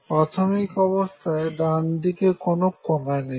প্রাথমিক অবস্থায় ডানদিকে কোন কনা নেই